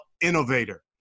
innovator